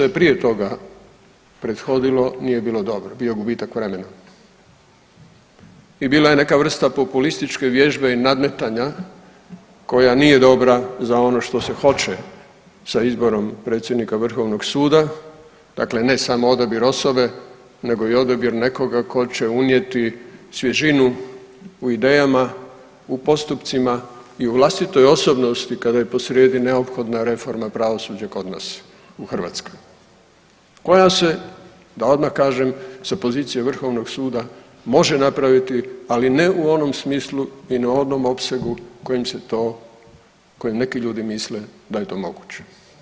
Sve što je prije toga prethodilo nije bilo dobro, bio je gubitak vremena i bila je neka vrsta populističke vježbe i nadmetanja koja nije dobra za ono što se hoće sa izborom predsjednika vrhovnog suda, dakle ne samo odabir osobe nego i odabir nekoga tko će unijeti svježinu u idejama, u postupcima i u vlastitoj osobnosti kada je posrijedi neophodna reforma pravosuđa kod nas u Hrvatskoj koja se, da odmah kažem, sa pozicije vrhovnog suda može napraviti, ali ne u onom smislu i na onom opsegu kojim se to, koji neki ljude misle da je to moguće.